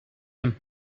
him